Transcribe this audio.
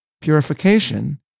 Purification